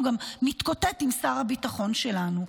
הוא גם מתקוטט עם שר הביטחון שלנו.